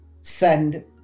send